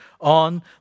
on